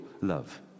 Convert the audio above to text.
love